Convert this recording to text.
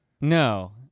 No